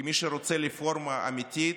כי מי שרוצה רפורמה אמיתית,